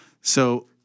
so-